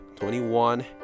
21